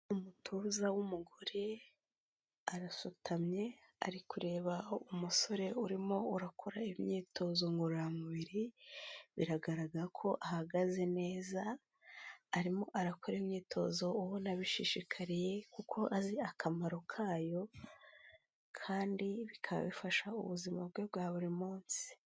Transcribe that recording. Umutoza w'umugore arasutamye ari kureba umusore urimo urakora imyitozo ngororamubiri biragaragara ko ahagaze neza, arimo arakora imyitozo ubona abishishikariye kuko azi akamaro ka yo kandi bikaba bifasha ubuzima bwe bwa buri munsi.